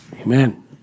Amen